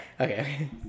Okay